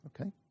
okay